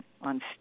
on